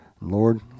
Lord